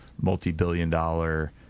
multi-billion-dollar